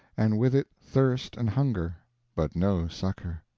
and with it thirst and hunger but no succor.